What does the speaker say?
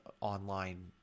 online